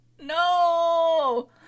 No